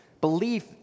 belief